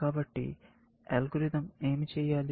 కాబట్టి అల్గోరిథం ఏమి చేయాలి